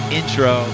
intro